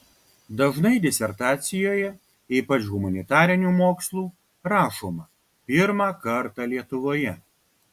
dažnai disertacijoje ypač humanitarinių mokslų rašoma pirmą kartą lietuvoje